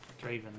Draven